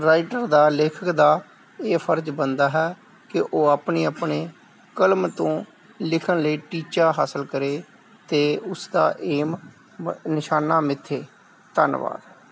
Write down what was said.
writer ਦਾ ਲੇਖਕ ਦਾ ਇਹ ਫਰਜ਼ ਬਣਦਾ ਹੈ ਕਿ ਉਹ ਆਪਣੀ ਆਪਣੀ ਕਲਮ ਤੋਂ ਲਿਖਣ ਲਈ ਟੀਚਾ ਹਾਸਲ ਕਰੇ ਅਤੇ ਉਸ ਦਾ ਏਮ ਨਿਸ਼ਾਨਾ ਮਿੱਥੇ ਧੰਨਵਾਦ